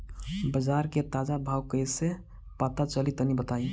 बाजार के ताजा भाव कैसे पता चली तनी बताई?